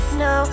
no